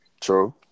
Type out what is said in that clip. true